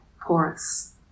porous